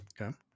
Okay